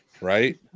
Right